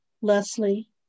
Leslie